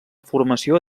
formació